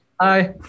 Hi